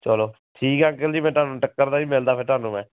ਚੱਲੋ ਠੀਕ ਹੈ ਅੰਕਲ ਜੀ ਮੈਂ ਤੁਹਾਨੂੰ ਟੱਕਰਦਾ ਜੀ ਮਿਲਦਾ ਫਿਰ ਤੁਹਾਨੂੰ ਮੈਂ